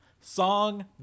Song